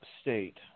state